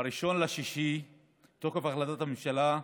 ב-1 ביוני פג תוקף החלטת הממשלה,